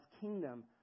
kingdom